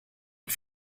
und